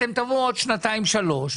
בעוד שנתיים-שלוש,